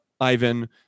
ivan